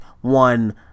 one